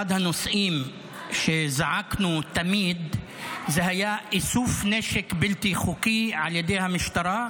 אחד הנושאים שזעקנו עליו תמיד היה איסוף נשק בלתי חוקי על ידי המשטרה,